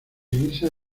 guisa